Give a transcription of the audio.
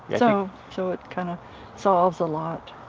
so so it kind of solves a lot.